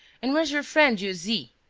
and where's your friend dieuzy?